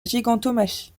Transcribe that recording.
gigantomachie